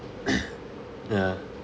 ya